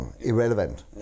irrelevant